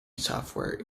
software